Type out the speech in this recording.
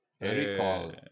Recall